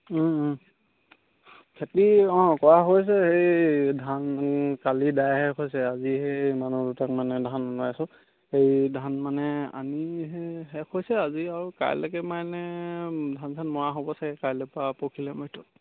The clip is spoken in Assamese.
খেতি অঁ কৰা হৈছে সেই ধান কালি দাই শেষ হৈছে আজি এই মানুহ দুটাক মানে ধান অনাইছোঁ সেই ধান মানে আনি শেষ হৈছে আজি আৰু কাইলৈকে মানে ধান চান মৰা হ'ব চাগে কাইলৈৰপৰা পৰহিলৈ ভিতৰত